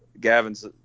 Gavin's